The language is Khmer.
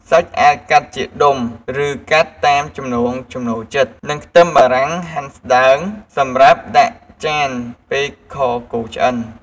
សាច់អាចកាត់ជាដុំ ឬកាត់តាមចំណង់ចំណូលចិត្ត និងខ្ទឹមបារាំងហាន់ស្តើង សម្រាប់ដាក់ចានពេលខគោឆ្អិន។